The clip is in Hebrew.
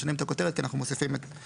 משנים את הכותרת כי אנחנו מוסיפים סעיפים